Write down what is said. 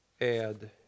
add